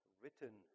written